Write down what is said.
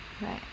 right